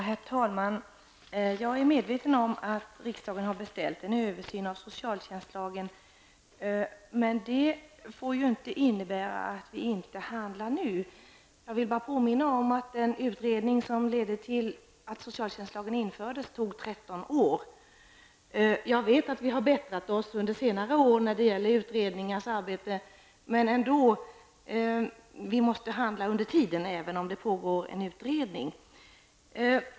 Herr talman! Jag är medveten om att riksdagen har beställt en översyn av socialtjänstlagen. Men det får inte innebära att vi inte handlar nu. Jag vill påminna om att den utredning som ledde till att socialtjänstlagen infördes tog 13 år. Jag vet att vi har bättrat oss under senare år när det gäller utredningars arbete, men vi måste ändå handla under tiden även om det pågår en utredning.